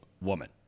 woman